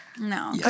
No